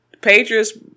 Patriots